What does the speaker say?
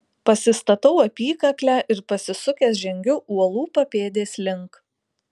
pasistatau apykaklę ir pasisukęs žengiu uolų papėdės link